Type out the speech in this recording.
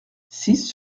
six